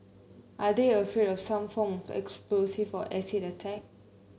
are they afraid of some form of explosive or acid attack